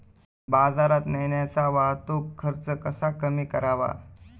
बाजारात नेण्याचा वाहतूक खर्च कसा कमी करावा?